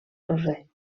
roser